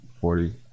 Forty